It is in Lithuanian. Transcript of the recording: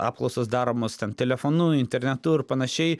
apklausos daromos ten telefonu internetu ir panašiai